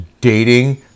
dating